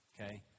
Okay